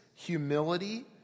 Humility